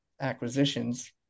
acquisitions